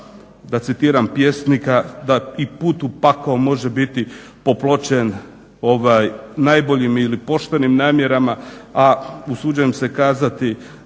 da citiram pjesnika da i put u pakao može biti popločen najboljim ili poštenim namjerama, a usuđujem se kazati